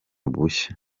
bushya